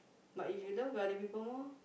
but if you love other people more